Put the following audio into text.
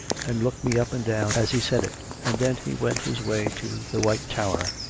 and looked me up and down as he said it. and then he went his way to. the white tower,